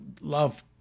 love